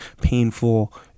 painful